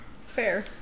Fair